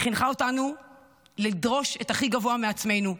היא חינכה אותנו לדרוש את הכי גבוה מעצמנו,